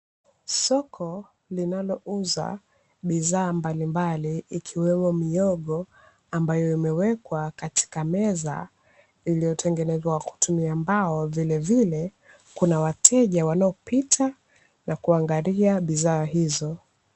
Soko linalouza bidhaa mbalimbali ikiwemo mihogo ambayo imewekwa katika meza iliyotengenezwa kwa kutumia mbao vilevile kuna wateja wanaopita na kuangalia bidhaa hizo.